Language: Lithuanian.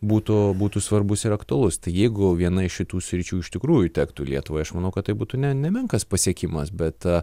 būtų būtų svarbus ir aktualus jeigu viena iš šitų sričių iš tikrųjų tektų lietuvai aš manau kad tai būtų ne nemenkas pasiekimas bet